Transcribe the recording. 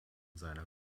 seiner